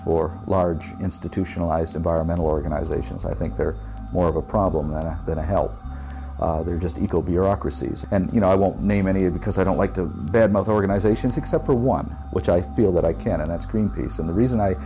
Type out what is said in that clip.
for large institutionalized environmental organizations i think they're more of a problem than a help they're just eco bureaucracies and you know i won't name any because i don't like to badmouth organizations except for one which i feel that i can and that's greenpeace and the reason i